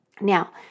Now